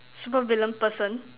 super villain person